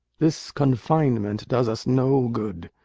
this confinement does us no good.